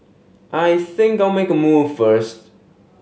I think I'll make a move first